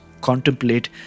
contemplate